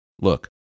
Look